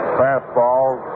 fastballs